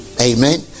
Amen